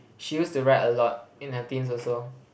she used to write a lot in her teens also